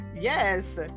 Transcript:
Yes